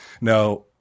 Now